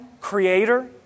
Creator